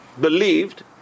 believed